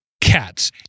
cats